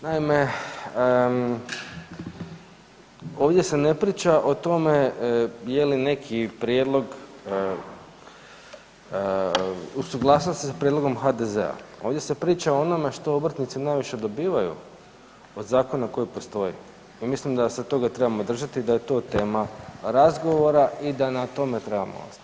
Naime, ovdje se ne priča o tome je li neki prijedlog u suglasnosti sa prijedlogom HDZ, ovdje se priča o onome što obrtnici najviše dobivaju od zakona koji postoji i mislim da se toga trebamo držati i da je to tema razgovora i da na tome trebamo ostati.